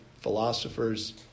philosophers